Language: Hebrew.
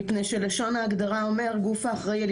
מפני שלשון ההגדרה אומר גוף האחראי על